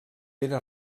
era